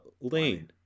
Lane